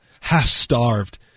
half-starved